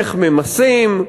איך ממסים,